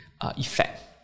effect